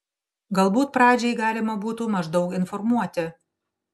galbūt pradžiai galima būtų maždaug informuoti